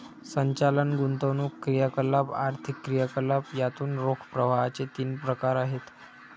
संचालन, गुंतवणूक क्रियाकलाप, आर्थिक क्रियाकलाप यातून रोख प्रवाहाचे तीन प्रकार आहेत